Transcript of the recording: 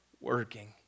working